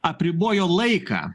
apribojo laiką